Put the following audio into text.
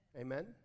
Amen